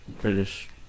British